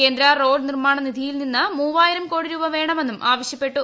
കേന്ദ്ര റോഡ് നിർമ്മാണനിധിയിൽ നിന്ന് മൂവായിരം കോടി രൂപ വേണമെന്നും ആവശ്യപ്പെട്ടു